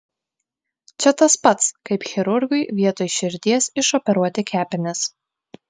čia tas pats kaip chirurgui vietoj širdies išoperuoti kepenis